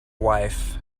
wife